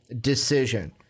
decision